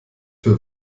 für